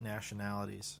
nationalities